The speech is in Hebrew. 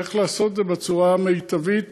איך לעשות את זה בצורה המיטבית,